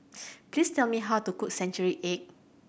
please tell me how to cook century egg